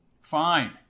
Fine